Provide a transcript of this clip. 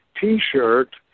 T-shirt